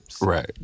Right